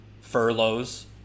furloughs